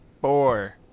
four